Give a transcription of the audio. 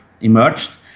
emerged